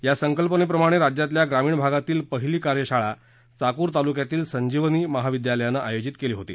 या संकल्पने प्रमाणे राज्यातील ग्रामिण भागातील पहिली कार्यशाळा चाकूर तालुक्यातील संजीवनी महाविद्यालयाने आयोजित केली होती